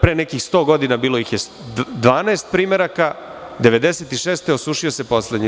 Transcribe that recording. Pre nekih 100 godina bilo ih je 12 primeraka, 1996. godine osušio se poslednji.